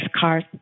cars